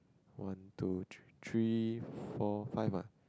one two three three four five ah